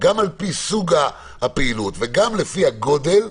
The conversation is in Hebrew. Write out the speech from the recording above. גם לפי סוג הפעילות וגם לפי הגודל.